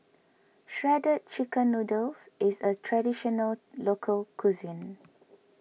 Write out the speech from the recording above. Shredded Chicken Noodles is a Traditional Local Cuisine